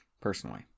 personally